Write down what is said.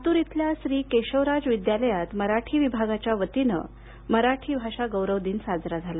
लातूर इथल्या श्री केशवराज विद्यालयात मराठी विभागाच्या वतीने मराठी गौरव दिन साजरा झाला